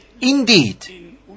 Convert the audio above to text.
indeed